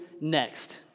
next